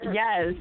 yes